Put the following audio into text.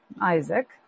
Isaac